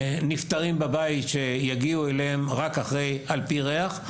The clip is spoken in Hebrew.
הנפטרים בבית שיגיעו אליהם רק על פי ריח,